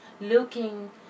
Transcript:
looking